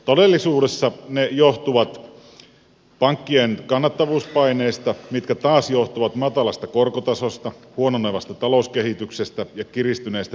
todellisuudessa ne johtuvat pankkien kannattavuuspaineista mitkä taas johtuvat matalasta korkotasosta huononevasta talouskehityksestä ja kiristyneistä säätelytoimista